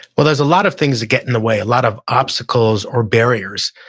well, there's a lot of things that get in the way, a lot of obstacles or barriers.